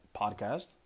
Podcast